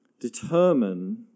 Determine